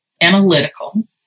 analytical